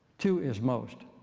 two is most.